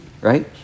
right